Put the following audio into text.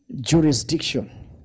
jurisdiction